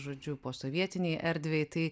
žodžiu posovietinei erdvei tai